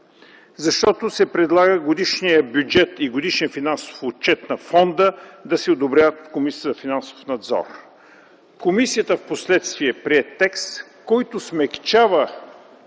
защото се предлага годишният бюджет и годишният финансов отчет на фонда да се одобряват от Комисията за финансов надзор. Комисията впоследствие прие текст, който смекчава